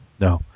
No